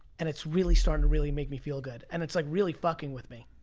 and it's really starting to really make me feel good. and it's like really fucking with me.